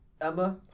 Emma